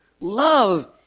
Love